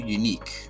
unique